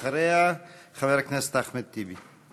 אחריה, חבר הכנסת אחמד טיבי.